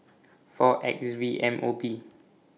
four X V M O B